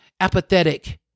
apathetic